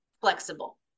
flexible